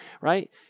right